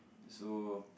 also